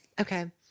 Okay